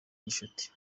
gicuti